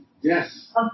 Yes